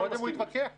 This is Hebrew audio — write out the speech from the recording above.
קודם הוא התווכח איתי.